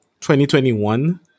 2021